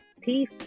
Peace